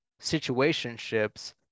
situationships